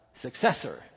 successor